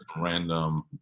random